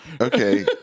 Okay